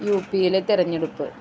യൂപ്പിയിലെ തിരഞ്ഞെടുപ്പ്